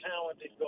talented